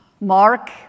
Mark